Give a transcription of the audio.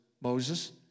Moses